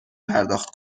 پرداخت